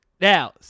Now